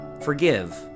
forgive